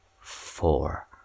four